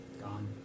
Gone